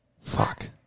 Fuck